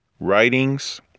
Writings